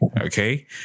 Okay